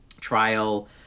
trial